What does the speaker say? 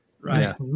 right